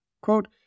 Quote